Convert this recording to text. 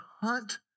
hunt